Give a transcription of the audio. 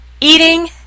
eating